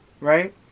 Right